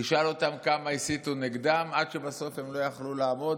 תשאל אותם כמה הסיתו נגדם עד שבסוף הם לא יכלו לעמוד,